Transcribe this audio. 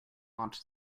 launch